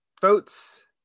votes